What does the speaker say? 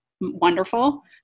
wonderful